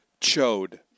Chode